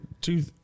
two